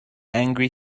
angry